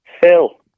Phil